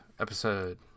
episode